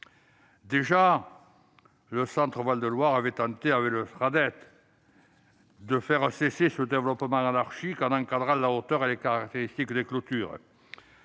le Centre-Val de Loire a tenté, en 2018, de faire cesser ce développement anarchique, en encadrant la hauteur et les caractéristiques des clôtures.